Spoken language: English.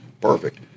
perfect